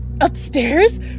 upstairs